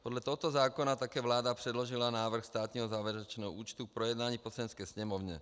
Podle tohoto zákona také vláda předložila návrh státního závěrečného účtu k projednání v Poslanecké sněmovně.